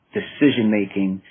decision-making